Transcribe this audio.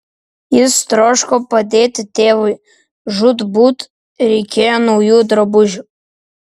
jis troško padėti tėvui žūtbūt reikėjo naujų drabužių